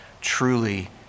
truly